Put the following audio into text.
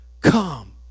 come